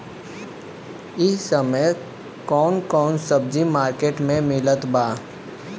इह समय कउन कउन सब्जी मर्केट में मिलत बा?